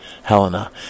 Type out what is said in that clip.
Helena